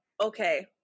okay